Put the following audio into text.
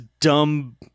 dumb